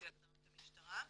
לפי הגדרת המשטרה.